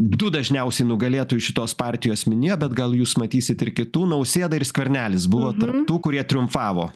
du dažniausiai nugalėtojus šitos partijos minėjo bet gal jūs matysit ir kitų nausėda ir skvernelis buvo tarp tų kurie triumfavo